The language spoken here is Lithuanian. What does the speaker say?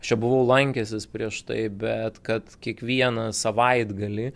aš čia buvau lankęsis prieš tai bet kad kiekvieną savaitgalį